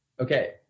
okay